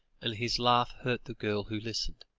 and his laugh hurt the girl who listened.